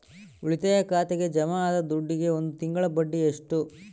ಉಳಿತಾಯ ಖಾತೆಗೆ ಜಮಾ ಆದ ದುಡ್ಡಿಗೆ ಒಂದು ತಿಂಗಳ ಬಡ್ಡಿ ಎಷ್ಟು?